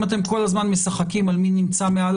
אם אתם כל הזמן משחקים על מי נמצא מעל